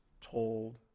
told